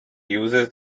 uses